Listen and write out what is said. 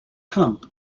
come